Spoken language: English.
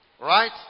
right